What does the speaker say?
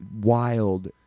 wild